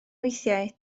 weithiau